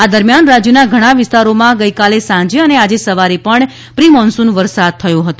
આ દરમિયાન રાજ્યના ઘણા વિસ્તારોમાં ગઇકાલે અને આજે સવારે પણ પ્રિ મોનસુન વરસાદ થયો હતો